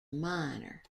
minor